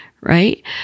right